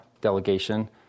delegation